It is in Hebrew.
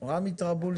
בבקשה.